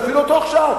תפעילו אותו עכשיו,